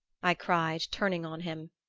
i cried, turning on him.